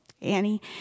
Annie